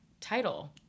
title